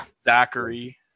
Zachary